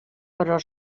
però